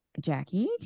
Jackie